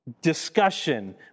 discussion